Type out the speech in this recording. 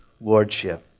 lordship